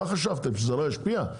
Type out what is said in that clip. חשבתם שזה לא ישפיע?